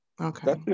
Okay